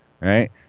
Right